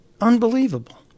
Unbelievable